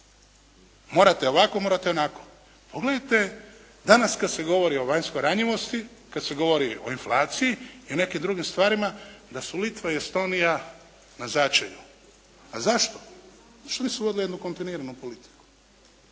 Morate ovako, morate onako. Pogledajte danas kad se govori o vanjskoj ranjivosti, kad se govori o inflaciji i nekim drugim stvarima da su Litva i Estonija na začelju. A zašto? Zato što nisu vodili jednu kontinuiranu politiku.